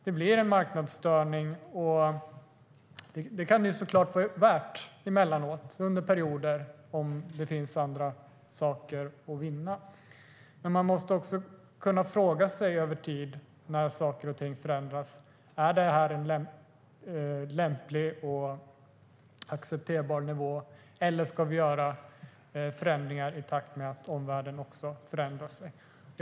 Det blir en marknadsstörning, och det kan det såklart vara värt under perioder om det finns andra saker att vinna. Men när saker och ting förändras över tid måste man också kunna fråga sig om det här är en lämplig och acceptabel nivå eller om vi ska göra förändringar i takt med att omvärlden också förändras. Fru talman!